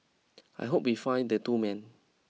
I hope we find the two men